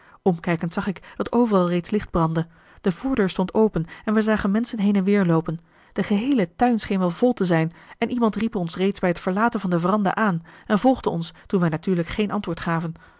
omkijkend zag ik dat overal reeds licht brandde de voordeur stond open en wij zagen menschen heen en weer loopen de geheele tuin scheen wel vol te zijn en iemand riep ons reeds bij het verlaten van de veranda aan en volgde ons toen wij natuurlijk geen antwoord gaven